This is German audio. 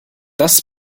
das